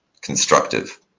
constructive